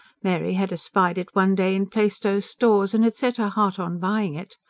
mary had espied it one day in plaistows' stores, and had set her heart on buying it.